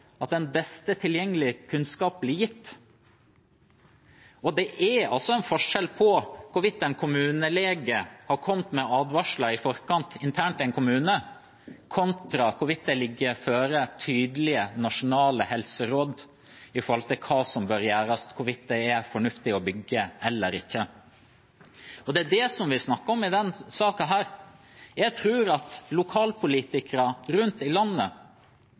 at den best tilgjengelige kunnskap blir gitt. Det er en forskjell på hvorvidt en kommunelege har kommet med advarsler i forkant internt i en kommune, og hvorvidt det foreligger tydelige nasjonale helseråd om hva som bør gjøres, om det er fornuftig å bygge eller ikke. Det er det vi snakker om i denne saken. Jeg tror at lokalpolitikere rundt i landet